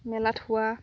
মেলাত হোৱা